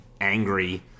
angry